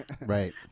right